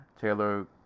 Taylor